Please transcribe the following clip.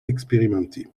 expérimenté